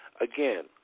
again